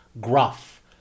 gruff